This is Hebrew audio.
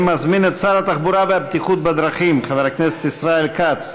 אני מזמין את שר התחבורה והבטיחות בדרכים חבר הכנסת ישראל כץ